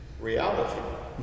reality